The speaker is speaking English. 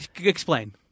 explain